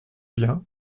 bien